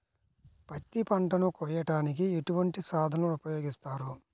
పత్తి పంటను కోయటానికి ఎటువంటి సాధనలు ఉపయోగిస్తారు?